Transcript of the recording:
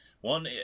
One